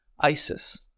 ISIS